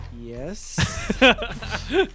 Yes